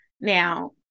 Now